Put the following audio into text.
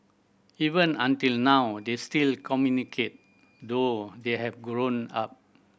even until now they still communicate though they have grown up